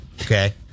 okay